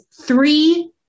three